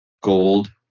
gold